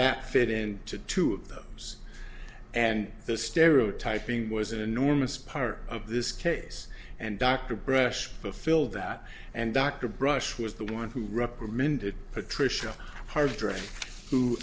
that fit in to two of those and the stereotyping was an enormous part of this case and dr brush to fill that and dr brush was the one who recommended patricia hard drive who